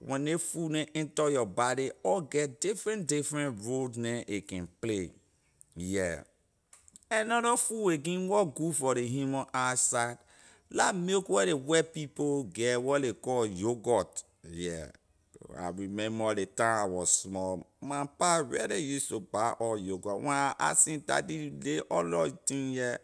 When ley food neh enter your body all get different different role neh a can play yeah another food again wor good for ley human eye sight la milk where ley white people get wor ley call yogurt yeah I remember ley time I was small my pa really use to buy us yogurt when I ask him daddy ley other thing here